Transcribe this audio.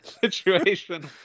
situation